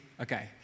okay